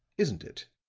isn't it?